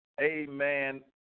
amen